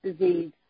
disease